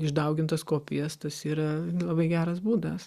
išdaugintas kopijas tas yra labai geras būdas